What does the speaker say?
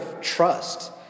trust